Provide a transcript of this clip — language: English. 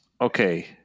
Okay